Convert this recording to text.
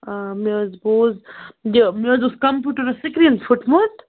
آ مےٚ حظ بوٗز یہِ مےٚ حظ اوس کَمپیوٗٹَرَس سِکریٖن پھٕٹمُت